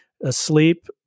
asleep